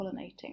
pollinating